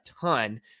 ton